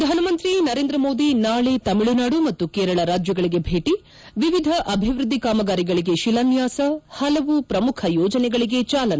ಪ್ರಧಾನಮಂತ್ರಿ ನರೇಂದ್ರ ಮೋದಿ ನಾಳೆ ತಮಿಳುನಾಡು ಮತ್ತು ಕೇರಳ ರಾಜ್ಗಳಿಗೆ ಭೇಟಿ ವಿವಿಧ ಅಭಿವೃದ್ದಿ ಕಾಮಗಾರಿಗಳಿಗೆ ಶಿಲಾನ್ಲಾಸ ಹಲವು ಪ್ರಮುಖ ಯೋಜನೆಗಳಿಗೆ ಚಾಲನೆ